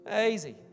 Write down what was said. Easy